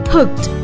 Hooked